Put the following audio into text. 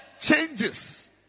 changes